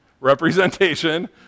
representation